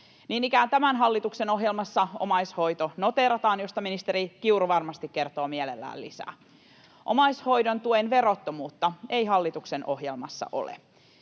Niin ikään tämän hallituksen ohjelmassa omaishoito noteerataan, mistä ministeri Kiuru varmasti kertoo mielellään lisää. Omaishoidon tuen verottomuutta ei hallituksen ohjelmassa ole.